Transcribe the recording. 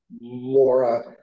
Laura